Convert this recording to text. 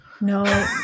No